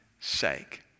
sake